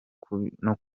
kunywa